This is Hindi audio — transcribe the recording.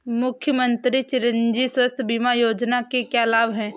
मुख्यमंत्री चिरंजी स्वास्थ्य बीमा योजना के क्या लाभ हैं?